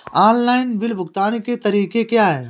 Online bill भुगतान के तरीके क्या हैं?